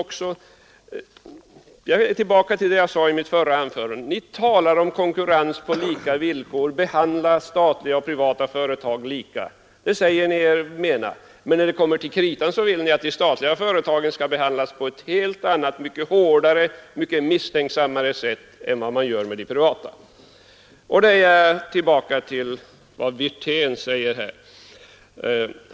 Jag återkommer till vad jag sade i mitt förra anförande: Ni talar om konkurrens på lika villkor och att statliga och privata företag skall behandlas lika, men när det kommer till kritan vill ni att de statliga företagen skall behandlas på ett hårdare och mycket mer misstänksamt sätt än de privata. Därmed kommer jag tillbaka till vad herr Wirtén sade.